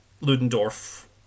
Ludendorff